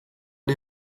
die